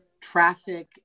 traffic